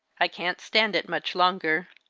i can't stand it much longer.